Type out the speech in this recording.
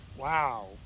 Wow